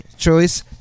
Choice